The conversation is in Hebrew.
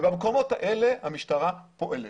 במקומות האלה המשטרה פועלת.